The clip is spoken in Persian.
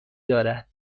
دارد